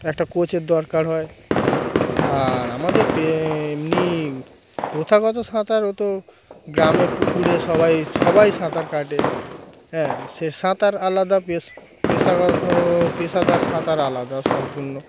একটা কোচের দরকার হয় আর আমাদের এমনি প্রথাগত সাঁতার ও তো গ্রামে পুকুরে সবাই সবাই সাঁতার কাটে হ্যাঁ সে সাঁতার আলাদা পেশ পেশাগত পেশাদার সাঁতার আলাদা সম্পূর্ণ